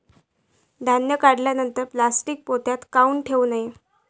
धान्य काढल्यानंतर प्लॅस्टीक पोत्यात काऊन ठेवू नये?